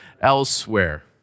elsewhere